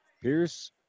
Pierce